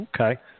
Okay